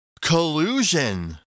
collusion